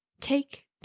Take